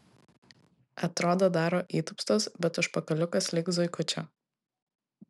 atrodo daro įtūpstus bet užpakaliukas lyg zuikučio